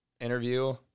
interview